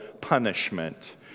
punishment